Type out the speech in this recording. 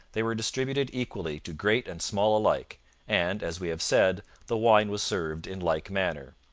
they were distributed equally to great and small alike and, as we have said, the wine was served in like manner.